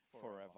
forever